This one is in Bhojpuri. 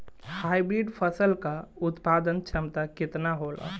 हाइब्रिड फसल क उत्पादन क्षमता केतना होला?